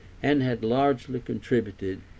and had largely contributed,